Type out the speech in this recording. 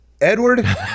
Edward